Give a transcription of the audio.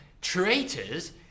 traitors